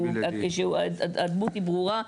שהוא הדמות שהיא ברורה,